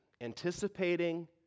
anticipating